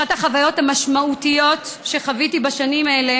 אחת החוויות המשמעותיות שחוויתי בשנים אלה